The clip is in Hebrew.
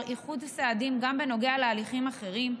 איחוד הסעדים גם בנוגע להליכים אחרים,